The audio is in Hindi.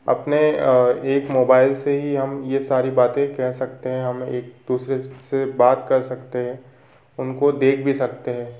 अपने एक मोबाइल से ही हम ये सारी बाते कह सकते हैं हम एक दूसरे से बात कर सकते हैं उनको देख भी सकते हैं